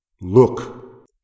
Look